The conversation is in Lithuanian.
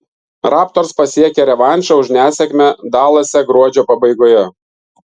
raptors pasiekė revanšą už nesėkmę dalase gruodžio pabaigoje